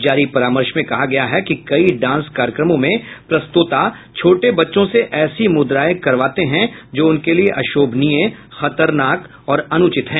जारी परामर्श में कहा गया है कि कई डांस कार्यक्रमों में प्रस्तोता छोटे बच्चों से ऐसी मुद्राएं करबाते हैं जो उनके लिए अशोभनीय खतरनाक और अनुचित है